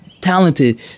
talented